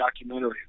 documentary